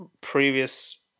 previous